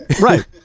Right